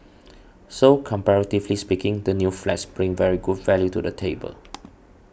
so comparatively speaking the new flats bring very good value to the table